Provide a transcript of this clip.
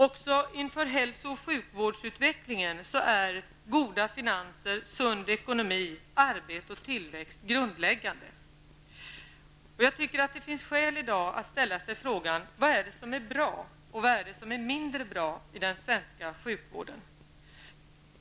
Även inför hälso och sjukvårdsutvecklingen är goda finanser, sund ekonomi, arbete och tillväxt grundläggande. Jag tycker att det finns skäl i dag att ställa sig frågan vad som är bra och vad som är mindre bra i den svenska sjukvården.